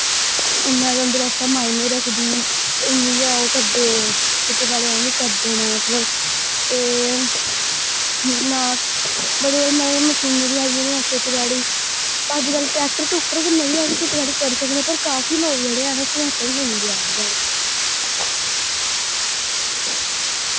उ'न्ना गै उं'दे वास्तै माइने रक्खदी ते उ'न्नी गै ओह् करदे खेती बाड़ी अजें वी करदे न मतलब ते ना मती कोला मती मशीनरी आई गेदियां खेती बाड़ी अजकल्ल टैक्टर टुक्टर कन्नै वी अस खेती बाड़ी करी सकने पर काफी लोक जेह्ड़े हैन उस्सी महत्तव नेईं दिआ दे हैन